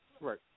right